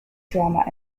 drama